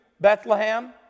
Bethlehem